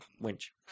winch